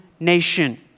nation